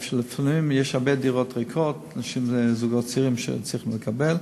יש הרבה דירות ריקות שזוגות צעירים צריכים לקבל.